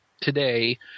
today